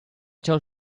told